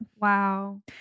Wow